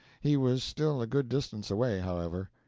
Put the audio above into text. he was still a good distance away, however.